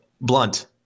blunt